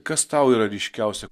kas tau yra ryškiausia